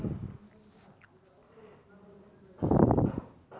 शेवगा वाढीसाठी कोणते माध्यम वापरु शकतो?